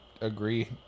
agree